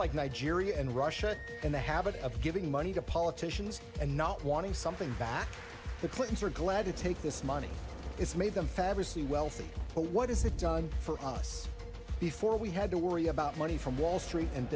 like nigeria and russia and the habit of giving money to politicians and not wanting something back the clintons are glad to take this money it's made them fabricio wealthy what is it done for us before we had to worry about money from wall street and